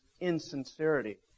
insincerity